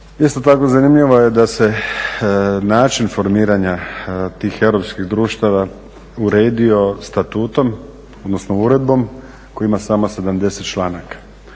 Isto tako zanimljivo je da se način formiranja tih europskih društava uredio statutom odnosno uredbom koja ima samo 70 članaka.